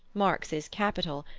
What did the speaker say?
marx's capital,